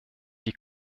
die